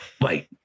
Wait